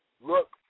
look